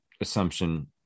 assumption